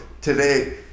today